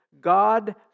God